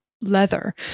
leather